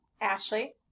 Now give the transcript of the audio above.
ashley